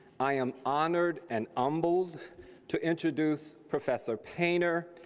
i am honored and humbled to introduce professor painter,